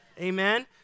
Amen